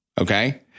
okay